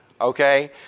Okay